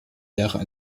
lehrer